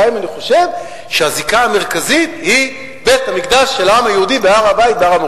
גם אם אני חושב שהזיקה המרכזית היא בית-המקדש של העם היהודי בהר-בית,